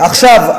עכשיו,